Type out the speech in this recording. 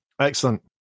Excellent